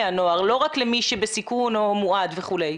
הנוער ולא רק למי שבסיכון או מועד וכולי.